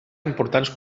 importants